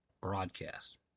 broadcast